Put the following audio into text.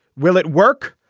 will it work?